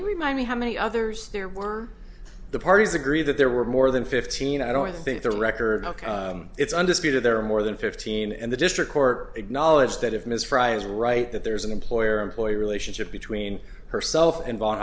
you remind me how many others there were the parties agree that there were more than fifteen i don't think the record it's undisputed there are more than fifteen and the district court acknowledged that if ms frye is right that there's an employer employee relationship between herself and vaugh